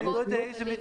קובעת.